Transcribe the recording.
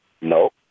No